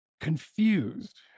confused